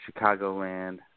Chicagoland